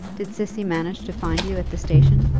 did cissy manage to find you at the station?